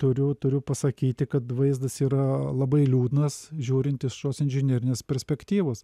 turiu turiu pasakyti kad vaizdas yra labai liūdnas žiūrint iš tos inžinerinės perspektyvos